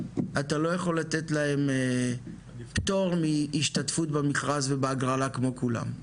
אתה לא יכול לתת להם פטור מהשתתפות במכרז ובהגרלה כמו כולם.